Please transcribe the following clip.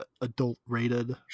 adult-rated